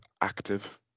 active